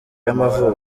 y’amavuko